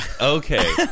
Okay